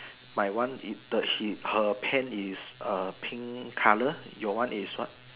my one it the he her pen is pink colour your one is what